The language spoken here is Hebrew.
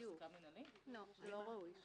זה אין מה לדבר.